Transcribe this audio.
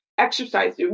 exercise